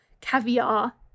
caviar